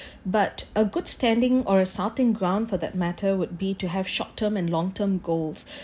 but a good standing or a starting ground for that matter would be to have short term and long term goals